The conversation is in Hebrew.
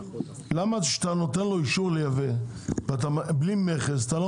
למה כשאתה נותן לו אישור לייבא בלי מכס אתה לא